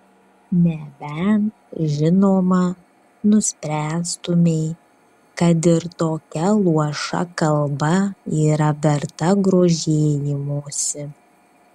nebent žinoma nuspręstumei kad ir tokia luoša kalba yra verta grožėjimosi